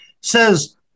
says